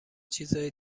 چیزای